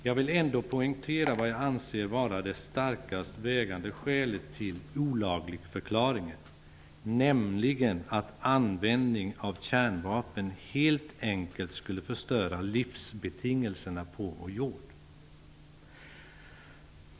Jag vill ändå poängtera vad jag anser vara det starkast vägande skälet till olagligförklaringen, nämligen att användning av kärnvapen helt enkelt skulle förstöra livsbetingelserna på vår jord.